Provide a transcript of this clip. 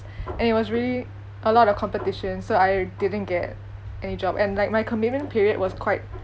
and it was really a lot of competition so I didn't get any job and like my commitment period was quite